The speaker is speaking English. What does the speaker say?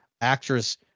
actress